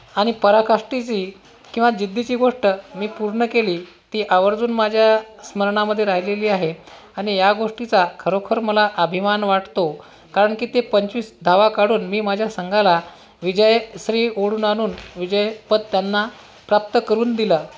आणि पराकाष्ठेची किंवा जिद्दीची गोष्ट मी पूर्ण केली ती आवर्जून माझ्या स्मरणामधे राहिलेली आहे आणि या गोष्टीचा खरोखर मला अभिमान वाटतो कारण की ते पंचवीस धावा काढून मी माझ्या संघाला विजयश्री ओढून आणून विजयपथ त्यांना प्राप्त करून दिला